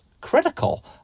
critical